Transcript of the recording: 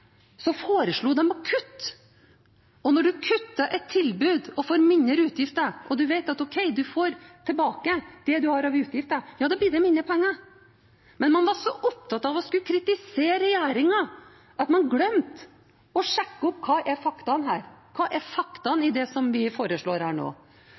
så det samme når det gjaldt kutt i rutebåttilbudet. Den dagen da fylket fikk refundert – krone for krone – utgiftene til ferjer og hurtigbåter, foreslo de å kutte, og når man kutter et tilbud og får mindre utgifter, og man vet at ok, man får tilbake det man har av utgifter – ja, da blir det mindre penger. Men man var så opptatt av å skulle kritisere